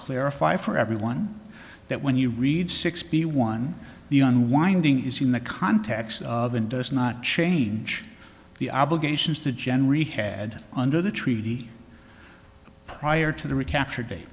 clarify for everyone that when you read sixty one the unwinding is in the context of and does not change the obligations to generally had under the treaty prior to the recapture da